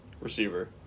receiver